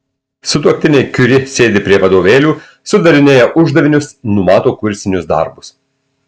sutuoktiniai kiuri sėdi prie vadovėlių sudarinėja uždavinius numato kursinius darbus